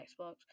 Xbox